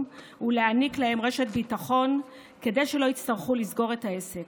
ולהעניק להם רשת ביטחון כדי שלא יצטרכו לסגור את העסק.